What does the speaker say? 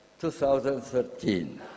2013